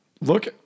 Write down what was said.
look